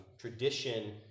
tradition